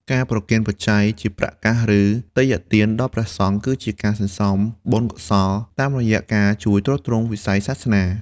ការប្រគេនបច្ច័យ ជាប្រាក់កាស ឬទេយ្យទានដល់ព្រះសង្ឃ គឺជាការសន្សំបុណ្យកុសលតាមរយៈការជួយទ្រទ្រង់វិស័យសាសនា។